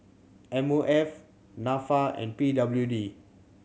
M O F Nafa and P W D